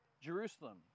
Jerusalem